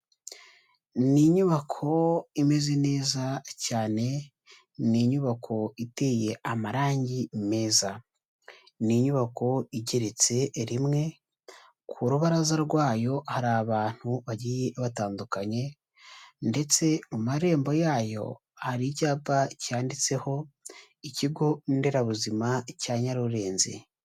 Ni inyubako imeze neza cyane, ni inyubako iteye amarangi meza, ni inyubako igeretse rimwe, ku rubaraza rwayo hari abantu bagiye batandukanye, ndetse mu marembo yayo hari icyapa cyanditseho, ikigonderabuzima cya Nyarurenzi.